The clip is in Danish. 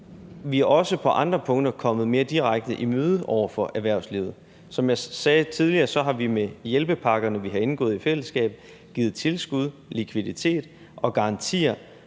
vi er også på andre punkter kommet erhvervslivet mere direkte i møde. Som jeg sagde tidligere, har vi med hjælpepakkerne, som vi har indgået i fællesskab, givet tilskud, likviditet og garantier